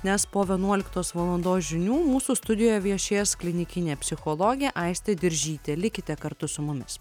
nes po vienuoliktos valandos žinių mūsų studijoje viešėjęs klinikinė psichologė aistė diržytė likite kartu su mumis